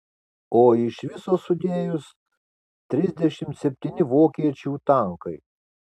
o iš viso sudėjus trisdešimt septyni vokiečių tankai